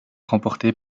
remportée